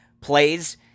plays